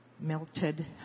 melted